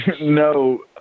No